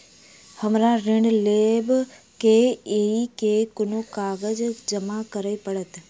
हमरा ऋण लेबै केँ अई केँ कुन कागज जमा करे पड़तै?